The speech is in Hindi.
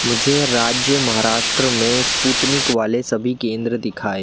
मुझे राज्य महाराष्ट्र में स्पुतनिक वाले सभी केंद्र दिखाएँ